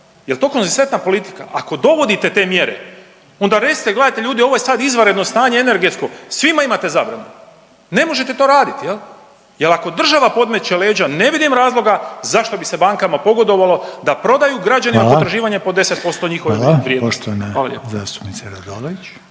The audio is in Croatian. Jel to konzistentna politika? Ako dovodite te mjere onda recite gledajte ljudi ovo je sad izvanredno stanje energetsko, svi imate zabranu, ne možete to radit. Jel ako država podmeće leđa ne vidim razloga zašto bi se bankama pogodovalo da prodaju …/Upadica Reiner: Hvala./… građanima potraživanja po 10% njihove vrijednosti. Hvala lijepo. **Reiner, Željko